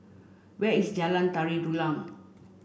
where is Jalan Tari Dulang